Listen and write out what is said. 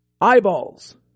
Eyeballs